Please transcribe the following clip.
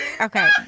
Okay